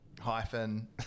hyphen